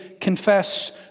confess